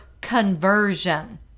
conversion